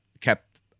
kept